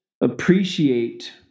appreciate